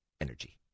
Energy